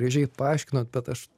gražiai paaiškinot bet aš